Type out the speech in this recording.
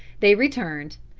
they returned,